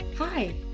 Hi